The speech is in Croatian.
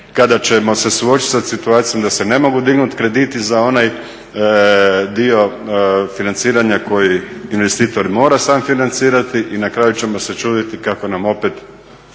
kada ćemo se suočiti sa situacijom da se ne mogu dignuti krediti za onaj dio financirati koji investitor mora sam financirati i na kraju ćemo se čuditi kako nam opet